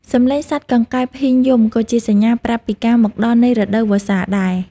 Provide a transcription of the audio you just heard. សំឡេងសត្វកង្កែបហ៊ីងយំក៏ជាសញ្ញាប្រាប់ពីការមកដល់នៃរដូវវស្សាដែរ។